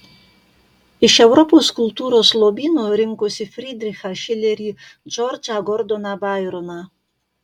iš europos kultūros lobyno rinkosi fridrichą šilerį džordžą gordoną baironą